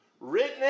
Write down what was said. written